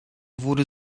wurde